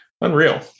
Unreal